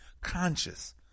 Conscious